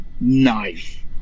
knife